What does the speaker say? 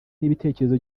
n’ibitekerezo